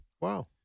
wow